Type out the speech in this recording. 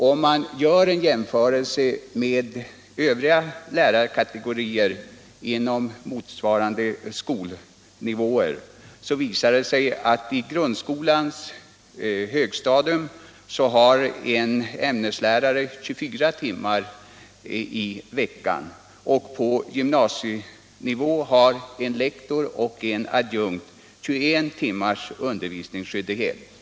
Om man gör en jämförelse med övriga lärarkategorier på motsvarande skolnivåer, visar det sig att i grundskolans högstadium har en ämneslärare 24 timmar i veckan, och på gymnasienivå har en lektor och en adjunkt 21 timmars undervisningsskyldighet.